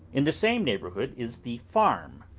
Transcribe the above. in the same neighbourhood is the farm,